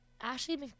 Ashley